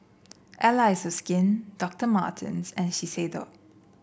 Allies is Skin Doctor Martens and Shiseido